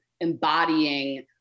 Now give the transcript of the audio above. embodying